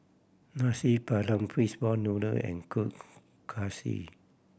Nasi Padang fish ball noodle and Kuih Kaswi